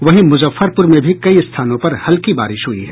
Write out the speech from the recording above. वहीं मुजफ्फरपुर में भी कई स्थानों पर हल्की बारिश हुई है